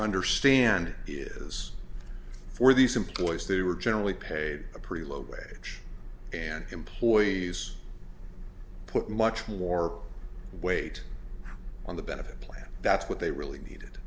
understand is for these employees they were generally paid a pretty low wage and employees put much more weight on the benefit plan that's what they really needed